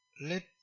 let